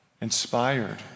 inspired